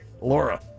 Laura